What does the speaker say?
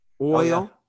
oil